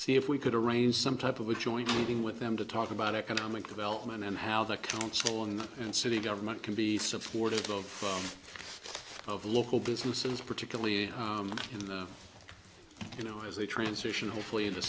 see if we could arrange some type of a joint meeting with them to talk about economic development and how the council and in city government can be supportive of local businesses particularly in the you know as they transition hopefully in the